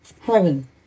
Heaven